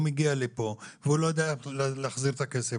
מגיע לפה והוא לא יודע איך להחזיר את הכסף,